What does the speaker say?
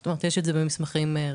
זאת אומרת יש את זה במסמכים רשמיים.